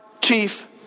chief